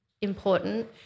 important